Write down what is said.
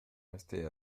rester